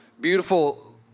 beautiful